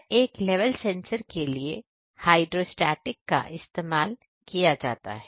हर एक level sensor के लिए हाइड्रोस्टेटिक का इस्तेमाल किया जाता है